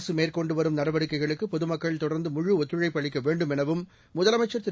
அரசு மேற்கொண்டு வரும் நடவடிக்கைகளுக்கு பொதுமக்கள் தொடர்ந்து முழுஒத்துழைப்பு அளிக்க வேண்டும் எனவும் முதலமைச்சர் திரு